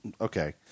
okay